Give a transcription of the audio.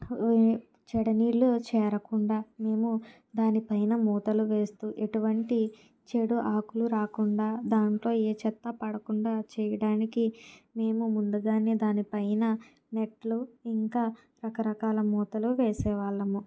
చెడు నీళ్ళు చేరకుండా మేము దాని పైన మూతలు వేస్తూ ఎటువంటి చెడు ఆకులు రాకుండా దాంట్లో ఏ చెత్త పడకుండా చేయడానికి మేము ముందుగానే దానిపైన నెట్లు ఇంకా రకరకాల మూతలు వేసే వాళ్ళము